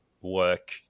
work